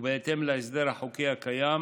ובהתאם להסדר החוקי הקיים